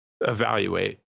evaluate